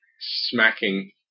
smacking